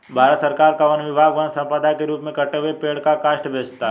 भारत सरकार का वन विभाग वन सम्पदा के रूप में कटे हुए पेड़ का काष्ठ बेचता है